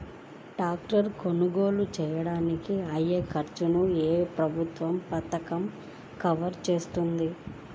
Tractor కొనుగోలు చేయడానికి అయ్యే ఖర్చును ఏ ప్రభుత్వ పథకం కవర్ చేస్తుంది?